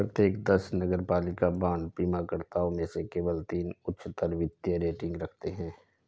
प्रत्येक दस नगरपालिका बांड बीमाकर्ताओं में से केवल तीन उच्चतर वित्तीय रेटिंग रखते हैं